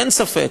אין ספק